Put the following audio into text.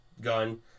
gun